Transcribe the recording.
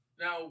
Now